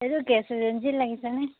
এইটো গেছ এজেঞ্চিত লাগিছেনে